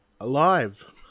alive